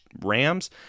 Rams